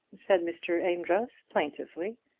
said mr. amedroz, plaintively.